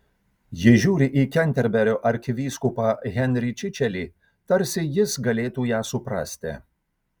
ji žiūri į kenterberio arkivyskupą henrį čičelį tarsi jis galėtų ją suprasti